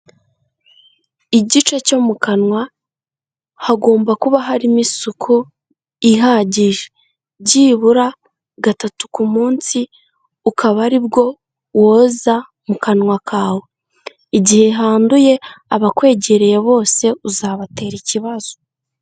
Igice cyo mu kanwa hagomba kuba harimo isuku ihagije, byibura gatatu ku munsi ukaba ari bwo woza mu kanwa kawe, igihe handuye abakwegereye bose uzabatera ikibazo.